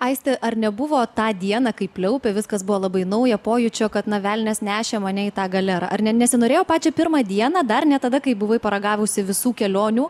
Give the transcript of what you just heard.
aiste ar nebuvo tą dieną kai pliaupė viskas buvo labai nauja pojūčio kad na velnias nešė mane į tą galerą ar ne nesinorėjo pačią pirmą dieną dar ne tada kai buvai paragavusi visų kelionių